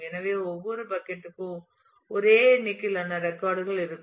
எனவே ஒவ்வொரு பக்கட் க்கும் ஒரே எண்ணிக்கையிலான ரெக்கார்ட் கள் இருக்கும்